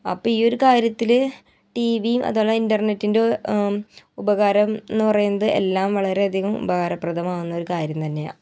അപ്പോൾ ഈ ഒരു കാര്യത്തിൽ ടി വി അതുപോലെ ഇന്റർനെറ്റ് ഉപകാരം എന്ന് പറയുന്നത് എല്ലാം വളരെയധികം ഉപകാരപ്രദം ആകുന്നൊരു കാര്യം തന്നെയാണ്